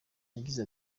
yagize